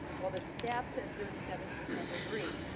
while the staff said thirty seven percent agree,